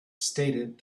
stated